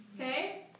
okay